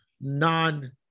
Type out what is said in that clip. non